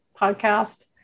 podcast